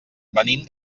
venim